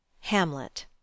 Hamlet